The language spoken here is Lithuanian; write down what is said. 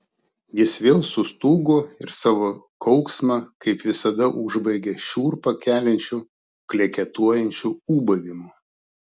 jis vėl sustūgo ir savo kauksmą kaip visada užbaigė šiurpą keliančiu kleketuojančiu ūbavimu